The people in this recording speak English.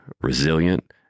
resilient